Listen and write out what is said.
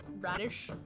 radish